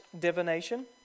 divination